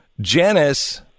Janice